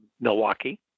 Milwaukee